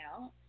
out